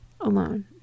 alone